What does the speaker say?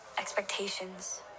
Expectations